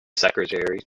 secretary